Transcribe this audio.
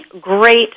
great